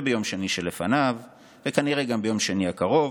וביום שני שלפניו וכנראה גם ביום שני הקרוב,